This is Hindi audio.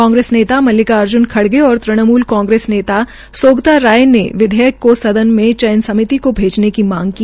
कांग्रेस नेता मल्लिकाअर्ज्न खड़गे और तृणमूल कांग्रेस नेता सौगता राय ने विधेयक को सदन की चयन समिति को भेजने की मांग की